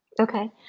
Okay